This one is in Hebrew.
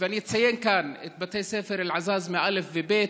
ואני אציין כאן את בתי ספר אלעזאזמה א' וב'.